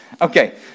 Okay